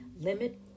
Limit